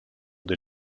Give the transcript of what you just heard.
des